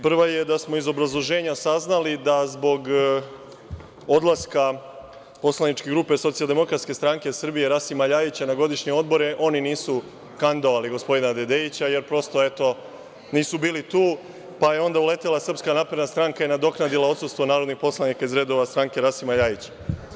Prvo je, da smo iz obrazloženja saznali da zbog odlaska poslaničke grupe Socijaldemokratske stranke Srbije, Rasima LJajića na godišnje odmore, oni nisu kandidovali gospodina Dedejića, jer prosto eto nisu bili tu, pa je onda uletala Srpska napredna stranka i nadoknadila odsustvo narodnih poslanika iz redova stranke Rasima LJajića.